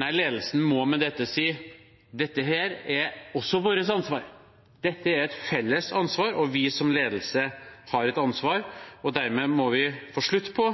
Nei, ledelsen må med dette si at dette er også vårt ansvar. Dette er et felles ansvar, og vi som ledelse har et ansvar. Vi må få slutt på